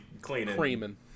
cleaning